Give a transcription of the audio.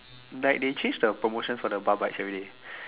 like they change the promotion for the bar bites everyday